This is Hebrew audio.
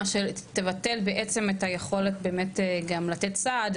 מה שתבטל בעצם את היכולת באמת לתת גם לתת סעד,